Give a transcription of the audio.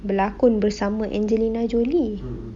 berlakon bersama angelina jolie